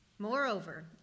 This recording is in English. Moreover